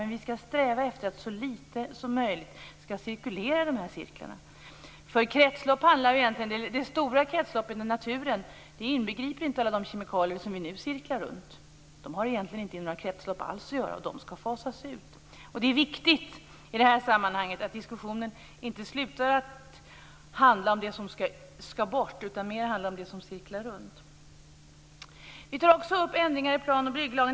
Men vi skall sträva efter att så litet som möjligt cirkulerar i de här cirklarna. Det stora kretsloppet i naturen inbegriper nämligen inte alla de kemikalier som nu cirklar runt. De har egentligen inte i några kretslopp alls att göra. De skall fasas ut. I det här sammanhanget är det viktigt att diskussionen inte slutar att handla om det som skall bort, utan mer handlar om det som cirklar runt. Miljöpartiet tar också upp ändringar i plan och bygglagen.